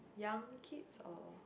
young kids or